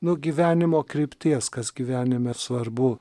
nu gyvenimo krypties kas gyvenime svarbu